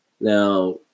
Now